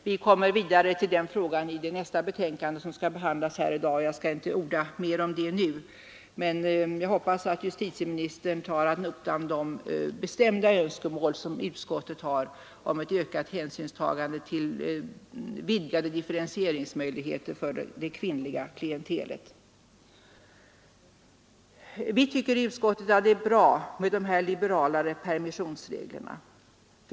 Vi kommer till den frågan i det nästa betänkande som skall behandlas här i dag, och jag skall därför inte orda mer om detta nu. Men jag hoppas att justitieministern tar ad notam de bestämda önskemål som utskottet har om ett ökat hänsynstagande till vidgade differentieringsmöjligheter för det kvinnliga klientelet. Utskottet tycker att det är bra med de liberalare permissionsreglerna.